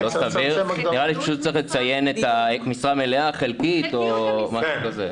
צריך לציין משרה מלאה, חלקית או משהו כזה.